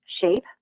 shape